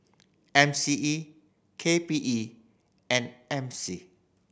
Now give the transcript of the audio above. M C E K P E and M C